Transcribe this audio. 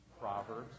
Proverbs